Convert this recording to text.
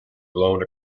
blown